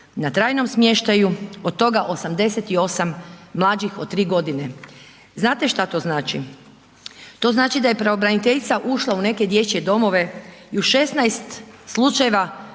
na trajnom smještaju, od toga 88 mlađih od 3 g. Znate šta to znači? To znači da je pravobraniteljica ušla u neke dječje domove i u 16 slučajeva